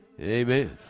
Amen